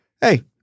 hey